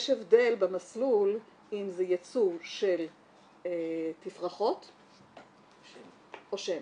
יש הבדל במסלול אם זה ייצוא של תפרחות או שמן.